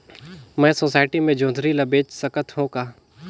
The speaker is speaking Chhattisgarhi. मैं सोसायटी मे जोंदरी ला बेच सकत हो का?